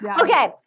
Okay